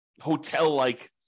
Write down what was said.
hotel-like